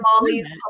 Molly's